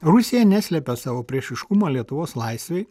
rusija neslepia savo priešiškumo lietuvos laisvei